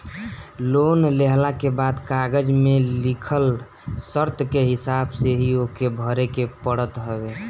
loan लेहला के बाद कागज में लिखल शर्त के हिसाब से ही ओके भरे के पड़त हवे